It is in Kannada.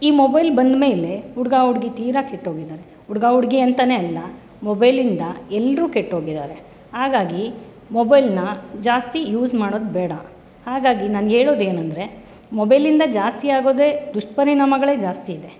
ಈ ಮೊಬೈಲ್ ಬಂದ ಮೇಲೆ ಹುಡ್ಗ ಹುಡ್ಗಿ ತೀರಾ ಕೆಟ್ಟೋಗಿದ್ದಾರೆ ಹುಡ್ಗ ಹುಡ್ಗಿ ಅಂತಲೇ ಅಲ್ಲ ಮೊಬೈಲಿಂದ ಎಲ್ಲರೂ ಕೆಟ್ಟೋಗಿದ್ದಾರೆ ಹಾಗಾಗಿ ಮೊಬೈಲ್ನ ಜಾಸ್ತಿ ಯೂಸ್ ಮಾಡೋದು ಬೇಡ ಹಾಗಾಗಿ ನಾನು ಹೇಳೋದು ಏನಂದರೆ ಮೊಬೈಲಿಂದ ಜಾಸ್ತಿ ಆಗೋದೆ ದುಷ್ಪರಿಣಾಮಗಳೇ ಜಾಸ್ತಿ ಇದೆ